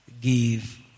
give